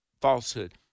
falsehood